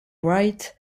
wright